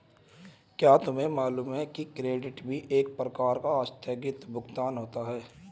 क्या तुम्हें मालूम है कि क्रेडिट भी एक प्रकार का आस्थगित भुगतान होता है?